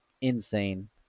insane